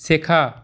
শেখা